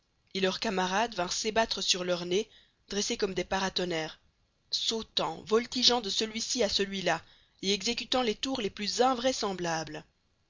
et leurs camarades vinrent s'ébattre sur leurs nez dressés comme des paratonnerres sautant voltigeant de celui-ci à celui-là et exécutant les tours les plus invraisemblables